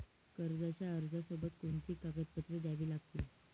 कर्जाच्या अर्जासोबत कोणती कागदपत्रे द्यावी लागतील?